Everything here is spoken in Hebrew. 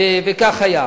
וכך היה.